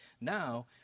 Now